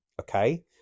Okay